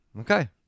Okay